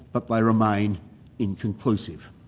but they remain inconclusive.